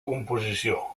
composició